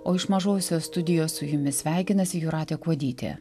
o iš mažosios studijos su jumis sveikinasi jūratė kuodytė